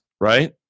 right